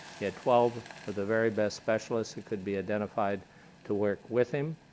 he had twelve of the very best specialists who could be identified to work with him.